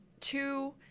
Two